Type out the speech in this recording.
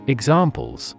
Examples